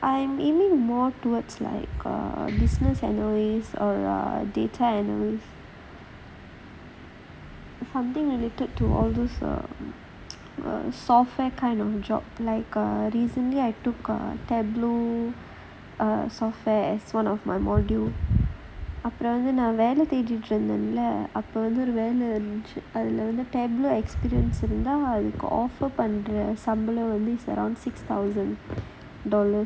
I'm aiming more towards like err business or data analyst something that it related to err software kind of job like a recently err software as one of my module அப்புறம் வந்து நான் வேலை தேடிட்டு இருந்தேன்ல அப்ப வந்து ஒரு வேலை இருந்துச்சு அதுல வந்து:appuram vanthu naan velai thedittu irunthaenla appe vanthu oru velai irunthuchu athula vanthu err இருந்தா எனக்கு:irunthaa enakku offer பண்றேன் சம்பளம் வந்து:pandraen sambalam vanthu